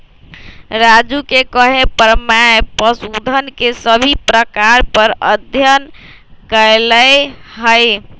राजू के कहे पर मैं पशुधन के सभी प्रकार पर अध्ययन कैलय हई